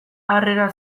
harrera